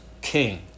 king